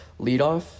leadoff